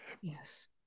yes